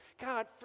God